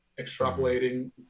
extrapolating